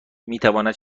میتواند